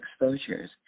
exposures